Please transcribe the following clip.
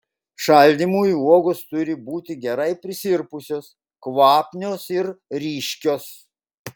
šaldymui uogos turi būti gerai prisirpusios kvapnios ir ryškios